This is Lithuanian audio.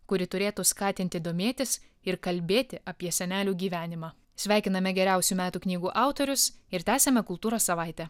kuri turėtų skatinti domėtis ir kalbėti apie senelių gyvenimą sveikiname geriausių metų knygų autorius ir tęsiame kultūros savaitę